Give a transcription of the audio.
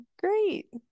Great